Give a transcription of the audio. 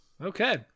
okay